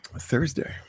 Thursday